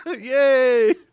Yay